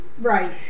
Right